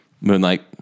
Moonlight